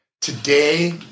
today